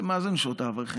מה זה נשות האברכים?